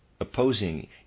opposing